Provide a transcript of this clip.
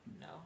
No